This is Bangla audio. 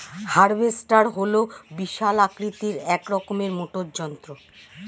হার্ভেস্টার হল বিশাল আকৃতির এক রকমের মোটর যন্ত্র